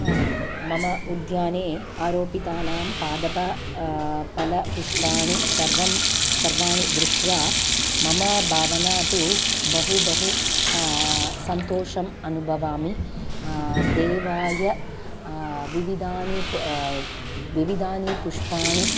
आं मम उद्याने आरोपितानां पादप फलपुष्पाणि सर्वं सर्वाणि दृष्ट्वा मम भावना तु स् बहु बहु सन्तोषम् अनुभवामि देवाय विविधानि प् विविधानि पुष्पाणि